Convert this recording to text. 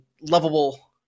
lovable